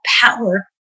power